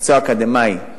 מקצוע אקדמי,